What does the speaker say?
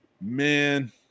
Man